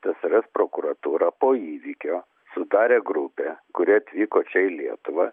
tsrs prokuratūra po įvykio sudarė grupę kuri atvyko čia į lietuvą